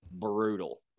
brutal